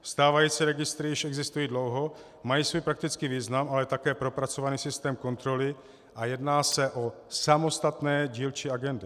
Stávající registry už existují dlouho, mají svůj praktický význam, ale také propracovaný systém kontroly a jedná se o samostatné dílčí agendy.